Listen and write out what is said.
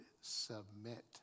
submit